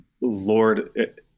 Lord